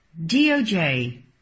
DOJ